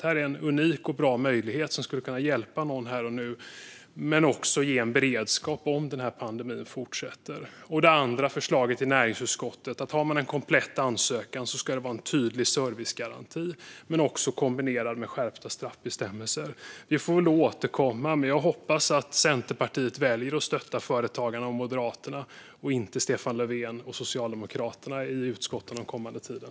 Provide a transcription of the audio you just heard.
Här finns en unik och bra möjlighet som skulle kunna hjälpa här och nu men också ge beredskap för det fall pandemin fortsätter. Det andra förslaget, det i näringsutskottet, innebär att det vid komplett ansökan ska finnas en tydlig servicegaranti kombinerad med skärpta straffbestämmelser. Vi får återkomma, men jag hoppas att Centerpartiet väljer att stötta företagarna och Moderaterna och inte Stefan Löfven och Socialdemokraterna i utskotten den kommande tiden.